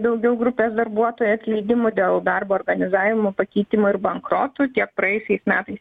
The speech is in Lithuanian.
daugiau grupės darbuotojų atleidimų dėl darbo organizavimo pakeitimų ir bankrotų tiek praėjusiais metais